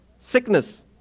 sickness